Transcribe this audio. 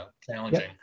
challenging